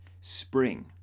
spring